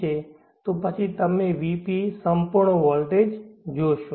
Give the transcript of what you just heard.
છે તો પછી તમે Vp સંપૂર્ણ વોલ્ટેજ જોશો